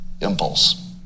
Impulse